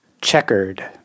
Checkered